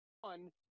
one